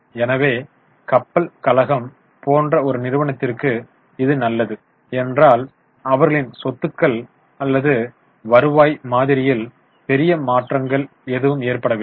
எனவே கப்பல் கழகம் போன்ற ஒரு நிறுவனத்திற்கு இது நல்லது ஏனென்றால் அவர்களின் சொத்துக்கள் அல்லது வருவாய் மாதிரியில் பெரிய மாற்றங்கள் எதுவும் ஏற்படவில்லை